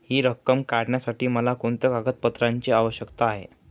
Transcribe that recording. हि रक्कम काढण्यासाठी मला कोणत्या कागदपत्रांची आवश्यकता आहे?